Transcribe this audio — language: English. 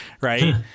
right